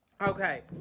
Okay